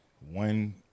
one